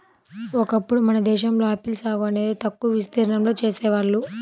ఒకప్పుడు మన దేశంలో ఆపిల్ సాగు అనేది తక్కువ విస్తీర్ణంలో చేసేవాళ్ళు